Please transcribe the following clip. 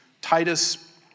Titus